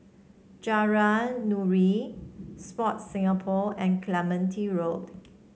Nuri Sport Singapore and Clementi Road